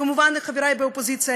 כמובן חברי באופוזיציה,